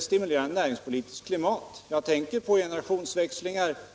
stimulerande näringspolitiskt klimat. Jag tänker exempelvis på generationsväxlingarna.